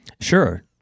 Sure